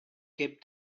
kept